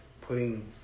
putting